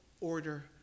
order